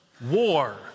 war